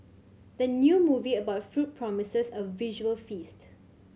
the new movie about food promises a visual feast